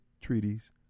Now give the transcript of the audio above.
treaties